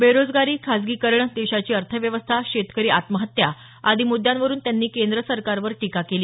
बेरोजगारी खासगीकरण देशाची अर्थव्यवस्था शेतकरी आत्महत्या आदी मुद्यांवरुन त्यांनी केंद्र सरकारवर टीका केली